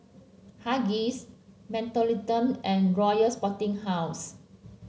Huggies Mentholatum and Royal Sporting House